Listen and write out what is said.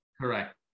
Correct